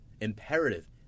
imperative